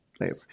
labor